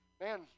Man